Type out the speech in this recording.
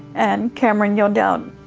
and cameron yelled out,